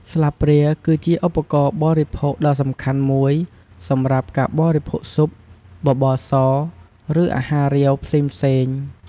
ស្លាបព្រាគឺជាឧបករណ៍បរិភោគដ៏សំខាន់មួយសម្រាប់ការបរិភោគស៊ុប បបរស ឬអាហាររាវផ្សេងៗ។